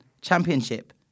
championship